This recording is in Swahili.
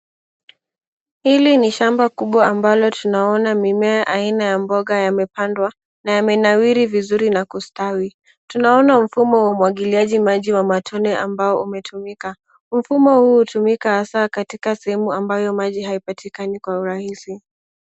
Hili ni shamba kubwa ambalo tunaona mimea aina ya mboga yamepandwa na yamenawiri vizuri na kustawi. Tunaona mfumo wa umwagiliaji maji wa matone ambao umetumika. Mfumo huu hutumika hasa katika sehemu ambayo maji haipatikani kwa urahisi.